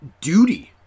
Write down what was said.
duty